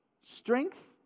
Strength